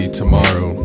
tomorrow